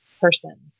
person